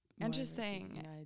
Interesting